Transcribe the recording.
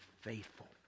faithful